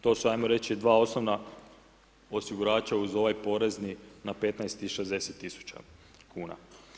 To su ajmo reći dva osnovna osigurača uz ovaj porezni na 15 i 60 tisuća kn.